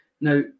Now